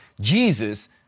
Jesus